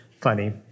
funny